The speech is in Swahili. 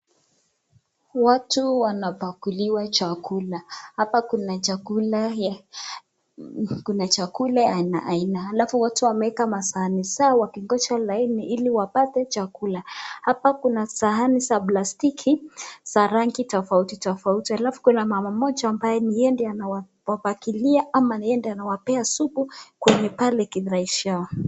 Watu wanapakuliwa chakula, hapa kuna chakula aina aina, halafu watu wameeka masahani zao wakingoja laini ili wapate chakula hapa kuna sahani za plastiki za rangi tofauti tofauti halafu kuna mama mmoja yeye ndo anawapakulia ama ni yeye ndo anawapea supu kwenye pale kinaonyeshewa.